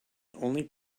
only